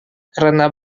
karena